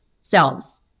selves